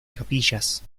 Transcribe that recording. capillas